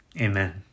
Amen